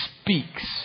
speaks